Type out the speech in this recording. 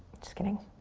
just kidding.